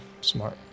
smart